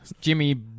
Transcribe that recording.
Jimmy